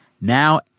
Now